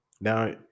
Now